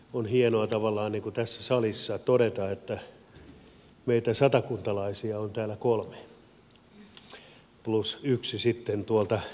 on tavallaan hienoa tässä salissa todeta että meitä satakuntalaisia on täällä kolme plus sitten yksi tuolta keski suomesta päin